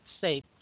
safe